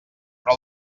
però